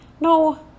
No